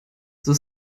the